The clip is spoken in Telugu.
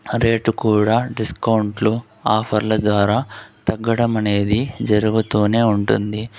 రేటు కూడా డిస్కౌంట్లు ఆఫర్ల ద్వారా తగ్గడం అనేది జరుగుతూనే ఉంటుంది